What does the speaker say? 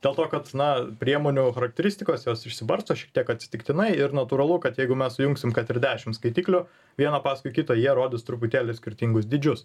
dėl to kad na priemonė o charakteristikos jos išsibarsto šiek tiek atsitiktinai ir natūralu kad jeigu mes sujungsim kad ir dešim skaitiklių vieną paskui kitą jie rodys truputėlį skirtingus dydžius